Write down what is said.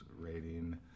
rating